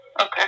Okay